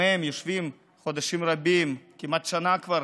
גם הם יושבים חודשים רבים, כמעט שנה כבר,